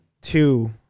two